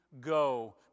Go